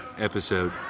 episode